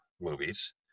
movies